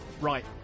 Right